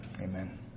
Amen